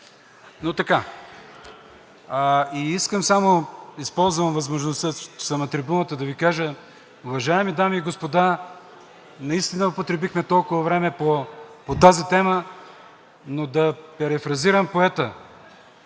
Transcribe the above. Но така. Използвам възможността, че съм на трибуната, да ви кажа: уважаеми дами и господа, наистина употребихме толкова време по тази тема, но да перифразирам поета: